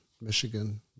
Michigan